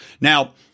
Now